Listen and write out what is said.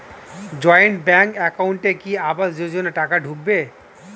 Joint bank একাউন্টে কি আবাস যোজনা টাকা ঢুকবে?